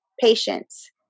patience